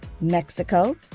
Mexico